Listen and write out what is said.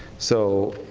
so,